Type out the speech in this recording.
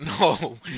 No